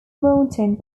mountain